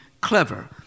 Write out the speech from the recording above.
clever